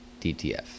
DTF